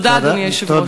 תודה, אדוני היושב-ראש.